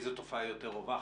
איזו תופעה יותר רווחת,